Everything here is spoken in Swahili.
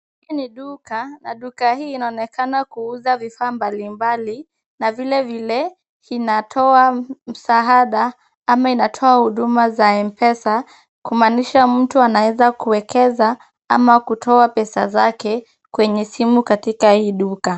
Hii ni duka, na duka hii inaonekana kuuza vifaa mbalimbali, na vile vile inatoa msaada ama inatoa huduma za Mpesa, kumaanisha mtu anaweza kuekeza ama kutoa pesa zake kwenye simu katika hii duka.